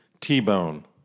T-Bone